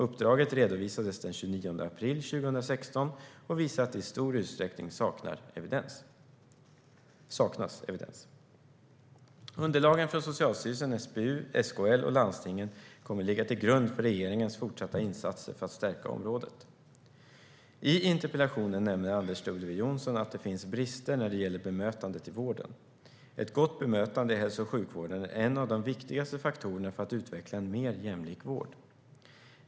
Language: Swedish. Uppdraget redovisades den 29 april 2016 och visar att det i stor utsträckning saknas evidens. Underlagen från Socialstyrelsen, SBU, SKL och landstingen kommer att ligga till grund för regeringens fortsatta insatser för att stärka området. I interpellationen nämner Anders W Jonsson att det finns brister när det gäller bemötandet i vården. Ett gott bemötande i hälso och sjukvården är en av de viktigaste faktorerna för att utveckla en mer jämlik vård.